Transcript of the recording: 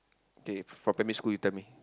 K for primary school you tell me